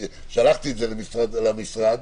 שלחתי את זה למשרד,